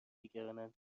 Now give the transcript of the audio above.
نگرانند